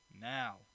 Now